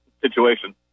situation